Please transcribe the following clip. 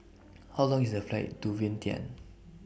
How Long IS The Flight to Vientiane